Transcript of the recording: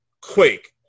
Quake